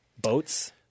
Boats